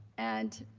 and,